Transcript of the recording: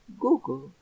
Google